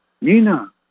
Nina